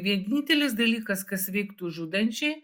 vienintelis dalykas kas veiktų žudančiai